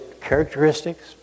characteristics